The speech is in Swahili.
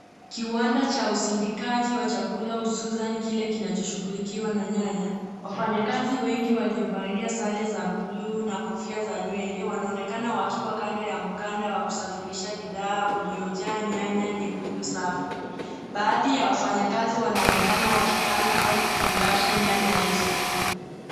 Kiwanda cha usindikaji wa chakula hususan kile kinachoshughulikiwa na nyanya. Wafanyikazi wengi waliovalia sare za buluu na kofia za nywele, wanaonekana wakiwa kando ya mkanda wa kusafirisha bidhaa uliojaa nyanya nyekundu safi. Baadhi ya wafanyikazi wanaonekana wakipanga au kufungasha nyanya hizo.